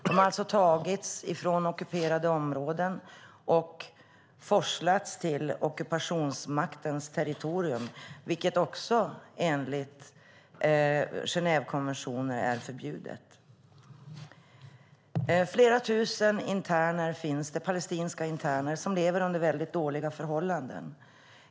Det har alltså tagits från ockuperade områden och forslats till ockupationsmaktens territorium, vilket också är förbjudet enligt Genèvekonventionen. Flera tusen palestinska interner lever under väldigt dåliga förhållanden.